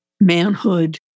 manhood